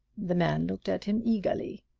the man looked at him eagerly.